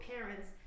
parents